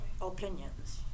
opinions